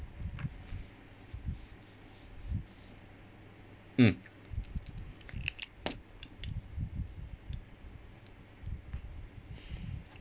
mm